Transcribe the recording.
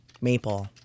Maple